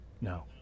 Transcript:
No